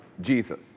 Jesus